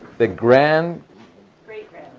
the grand great-grand.